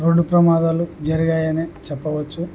road ప్రమాదాలు జరిగాయనే చెప్పవచ్చు